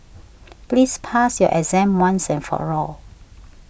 please pass your exam once and for all